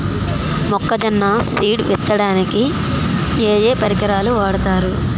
మొక్కజొన్న సీడ్ విత్తడానికి ఏ ఏ పరికరాలు వాడతారు?